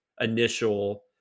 initial